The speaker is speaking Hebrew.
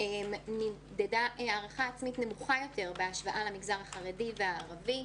נמדדה הערכה עצמית נמוכה יותר בהשוואה למגזר החרדי והערבי,